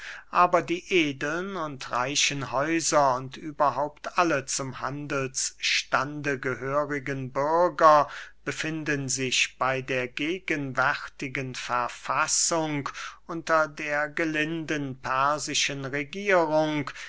aber die edeln und reichen häuser und überhaupt alle zum handelsstande gehörigen bürger befinden sich bey der gegenwärtigen verfassung unter der gelinden persischen regierung